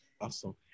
Awesome